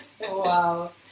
Wow